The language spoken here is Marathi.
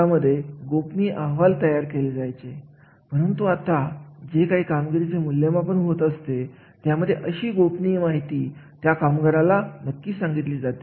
कारण व्यक्तीला कार्याच्या स्वरूपानुसार खूप खूप कमी कालावधीमध्ये जास्तीत जास्त काम काम करायचे असते यावेळेस असे अवलोकन अतिशय महत्त्वाची भूमिका बजावते